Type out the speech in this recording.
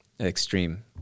extreme